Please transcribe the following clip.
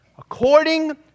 According